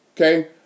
Okay